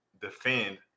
defend